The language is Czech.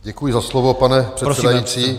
Děkuji za slovo, pane předsedající.